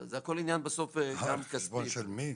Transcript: זה הכול עניין גם כספי בסוף.